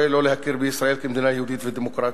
לא להכיר בישראל כמדינה יהודית ודמוקרטית.